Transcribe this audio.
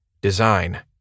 Design